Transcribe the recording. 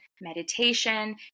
meditation